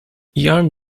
yarn